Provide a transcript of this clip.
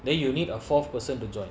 then you need a fourth person to join